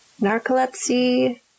narcolepsy